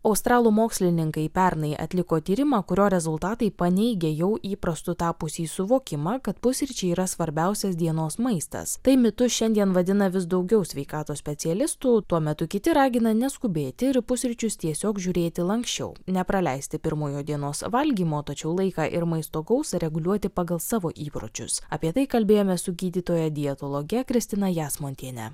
australų mokslininkai pernai atliko tyrimą kurio rezultatai paneigia jau įprastu tapusį suvokimą kad pusryčiai yra svarbiausias dienos maistas tai mitu šiandien vadina vis daugiau sveikatos specialistų tuo metu kiti ragina neskubėti ir į pusryčius tiesiog žiūrėti lanksčiau nepraleisti pirmojo dienos valgymo tačiau laiką ir maisto gausą reguliuoti pagal savo įpročius apie tai kalbėjome su gydytoja dietologe kristina jasmontiene